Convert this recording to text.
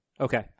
Okay